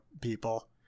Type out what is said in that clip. people